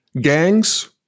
gangs